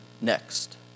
next